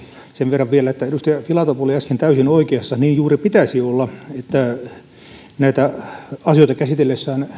sen verran vielä että edustaja filatov oli äsken täysin oikeassa niin juuri pitäisi olla että näitä asioita käsiteltäessä